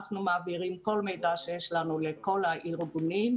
אנחנו מעבירים כל מידע שיש לנו לכל הארגונים,